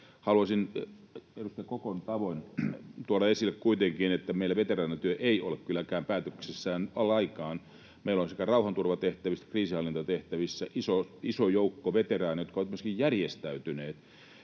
Haluaisin edustaja Kokon tavoin tuoda esille kuitenkin, että meillä veteraanityö ei ole kylläkään päätöksessään lainkaan. Meillä on sekä rauhanturvatehtävistä että kriisinhallintatehtävistä iso joukko veteraaneja, jotka ovat myöskin järjestäytyneet,